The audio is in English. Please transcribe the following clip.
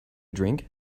drink